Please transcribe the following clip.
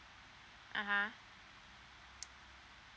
uh !huh!